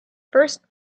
first